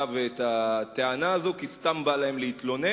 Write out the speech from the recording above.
ואת הטענה הזאת כי סתם בא להם להתלונן.